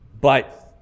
But-